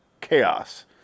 Chaos